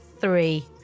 three